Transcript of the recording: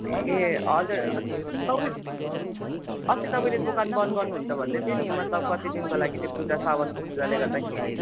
ए हजुर अनि तपाईँ अस्ति तपाईँले दोकान बन्द गर्नुहुन्छ भन्दैथियो नि मतलब कति दिनको लागि त्यो पूजा सावनको पूजाले गर्दाखेरि